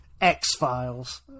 X-Files